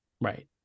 Right